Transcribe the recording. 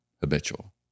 habitual